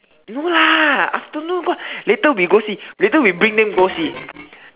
no lah afternoon got later we go see later we bring them go see